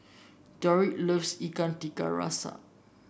Roderic loves Ikan Tiga Rasa